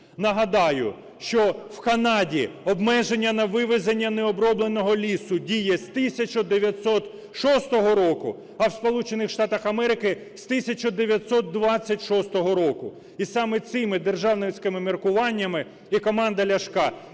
Нагадаю, що в Канаді обмеження на вивезення необробленого лісу діє з 1906 року, а в Сполучених Штатах Америки – з 1926 року. І саме цими державницькими міркуваннями і командна Ляшка,